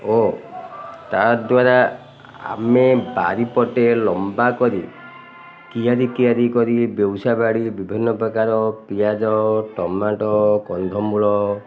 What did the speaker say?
ଓ ତାଦ୍ୱାରା ଆମେ ବାରି ପଟେ ଲମ୍ବା କରି କିଆରି କିିଆରି କରି ବେଉସା ବାଡ଼ି ବିଭିନ୍ନ ପ୍ରକାର ପିଆଜ ଟମାଟୋ କନ୍ଦମୂଳ